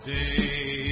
day